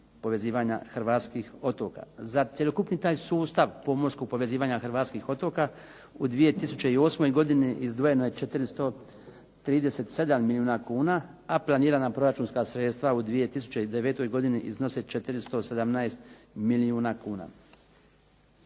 povezivanja hrvatskih otoka. Za cjelokupni taj sustav pomorskog povezivanja hrvatskih otoka u 2008. godini izdvojeno je 437 milijuna kuna, a planirana proračunska sredstva u 2009. godini iznose 417 milijuna kuna.